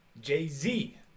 jay-z